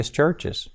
churches